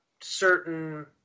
certain